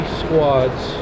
squads